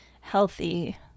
healthy